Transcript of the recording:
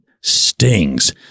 stings